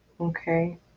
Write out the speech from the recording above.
Okay